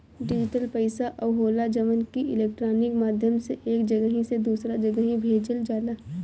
digital पईसा उ होला जवन की इलेक्ट्रोनिक माध्यम से एक जगही से दूसरा जगही भेजल जाला